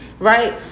Right